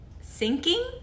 Sinking